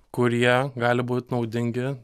kurie gali būt naudingi